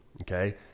Okay